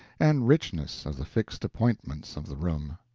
and richness of the fixed appointments of the room.